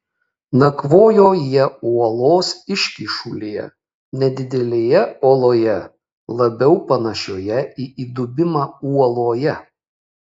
nakvojo jie uolos iškyšulyje nedidelėje oloje labiau panašioje į įdubimą uoloje